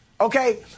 Okay